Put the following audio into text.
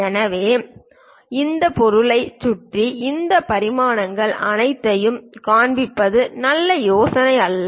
எனவே இந்த பொருளைச் சுற்றி இந்த பரிமாணங்கள் அனைத்தையும் காண்பிப்பது நல்ல யோசனையல்ல